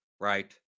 right